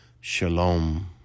Shalom